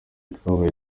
twabaye